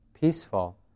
peaceful